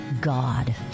God